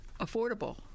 affordable